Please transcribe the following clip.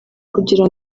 kugira